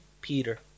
Peter